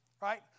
right